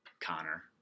Connor